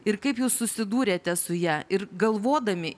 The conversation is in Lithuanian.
ir kaip jūs susidūrėte su ja ir galvodami